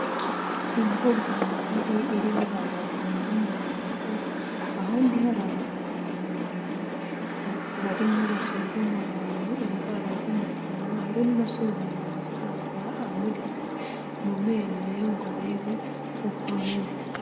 Imbuganga ngari irimo abantu batonze umurongo, ahandi hari abaganga babiri barimo basuzuma abantu indwara zo mu kanwa hari urimo asuzuma umusaza amuritse mu menyo ye ngo arebe uko ameze.